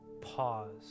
pause